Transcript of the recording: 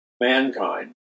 mankind